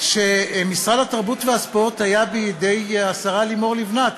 שמשרד התרבות והספורט היה בידי השרה לימור לבנת.